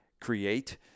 create